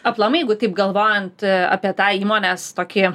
aplamai jeigu taip galvojant apie tą įmonės tokį